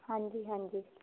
ਹਾਂਜੀ ਹਾਂਜੀ